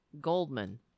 Goldman